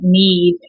need